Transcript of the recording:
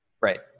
right